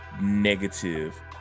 negative